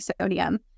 sodium